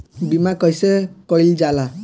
बीमा कइसे कइल जाला?